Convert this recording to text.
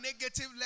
negative